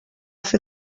fer